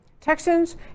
Texans